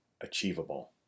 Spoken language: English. achievable